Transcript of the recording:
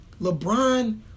LeBron